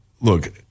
look